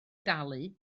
dalu